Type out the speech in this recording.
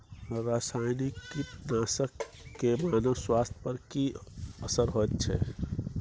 रसायनिक कीटनासक के मानव स्वास्थ्य पर की असर होयत छै?